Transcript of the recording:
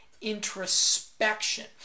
introspection